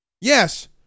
Yes